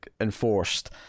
enforced